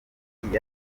bindi